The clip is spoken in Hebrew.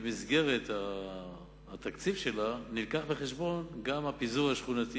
במסגרת התקציב שלה נלקח בחשבון גם הפיזור של השכונות,